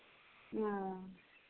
हँ